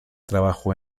trabajó